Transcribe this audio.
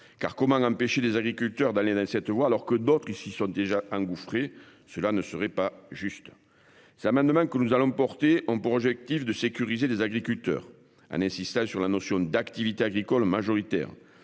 Comment empêcher des agriculteurs de choisir cette voie alors que d'autres s'y sont déjà engouffrés ? Cela ne serait pas juste. Les amendements que nous allons défendre ont pour objectif de sécuriser les agriculteurs en insistant sur la notion d'activité agricole majoritaire,